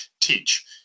teach